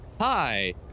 hi